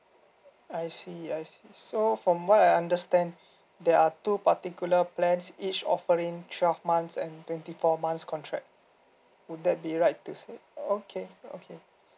I see I see so from what I understand there are two particular plans each offering twelve months and twenty four months contract would that be right to say okay okay